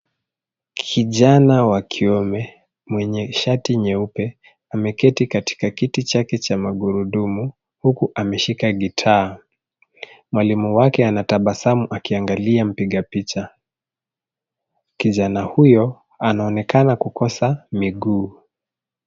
Kijana wa kiume mwenye shati nyeupe ameketi kitika kiti chake cha magurudumu huku ameshika gitaa. Mwalimu wake anatabasamu akiangalia mpiga picha. Kijana huyo anaonekana kukosa miguu.